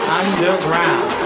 underground